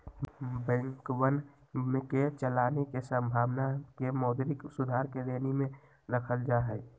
बैंकवन के चलानी के संभावना के मौद्रिक सुधार के श्रेणी में रखल जाहई